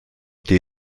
die